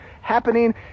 happening